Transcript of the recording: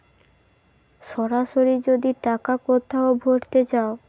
সরাসরি যদি টাকা কোথাও ভোরতে চায়